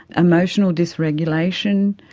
emotional dysregulation,